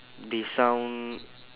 they sound